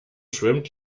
schwimmt